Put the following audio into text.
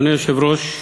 אדוני היושב-ראש,